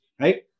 right